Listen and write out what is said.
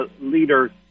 leader